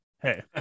Hey